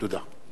תודה.